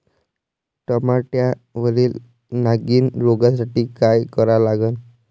टमाट्यावरील नागीण रोगसाठी काय करा लागन?